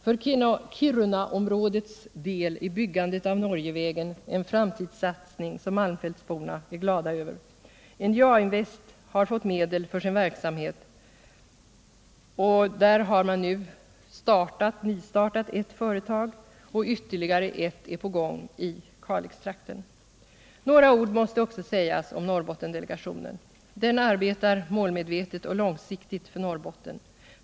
För Kirunaområdets del är byggandet av Norgevägen en framtidssatsning som malmfältsborna är glada över. NJA-Invest har fått medel för sin verksamhet, och där har man nu nystartat ett företag och ytterligare ett är på gång i Kalixtrakten. Några ord måste också sägas om Norrbottendelegationen. Den arbetar målmedvetet och långsiktigt för Norrbotten.